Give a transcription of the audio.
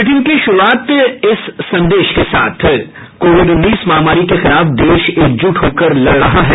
bulletin की शुरूआत से पहले ये संदेश कोविड उन्नीस महामारी के खिलाफ देश एकजुट होकर लड़ रहा है